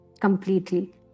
completely